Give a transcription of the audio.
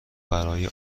برای